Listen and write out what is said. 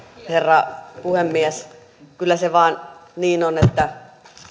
herra puhemies kyllä se vaan niin on että